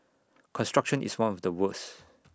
construction is one of the worst